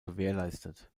gewährleistet